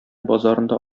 базарында